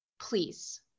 please